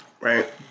Right